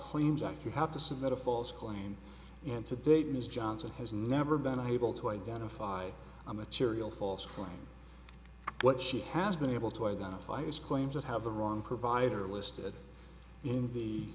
claims act you have to submit a false claim and to date ms johnson has never been able to identify a material false claim what she has been able to identify is claims that have the wrong provider listed in the